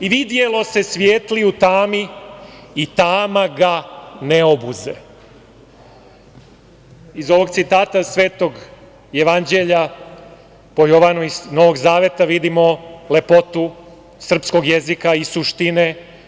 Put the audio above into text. I vidjelo se svijetlo i u tami i tama ga ne obuze." Iz ovoga citata svetog Jevanđelja po Jovanu iz Novog zaveta vidimo lepotu srpskog jezika i suštine.